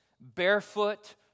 barefoot